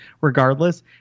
regardless